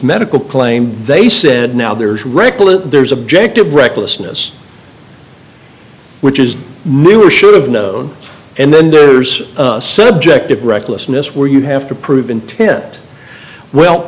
medical claim they said now there's reckless there's objective recklessness which is knew or should have known and then there's a subjective recklessness where you have to prove in ted well